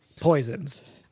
poisons